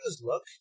look